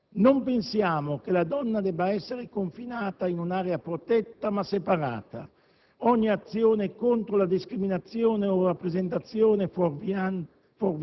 Non pensiamo che la donna debba essere confinata in un'area protetta, ma separata: ogni azione contro la discriminazione o rappresentazioni fuorviate